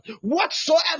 Whatsoever